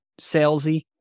salesy